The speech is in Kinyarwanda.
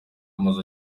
amazu